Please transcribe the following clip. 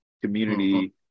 community